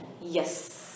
Yes